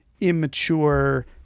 immature